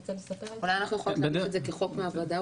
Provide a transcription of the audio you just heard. אולי אנחנו יכולות להגיש את זה כחוק מהוועדה.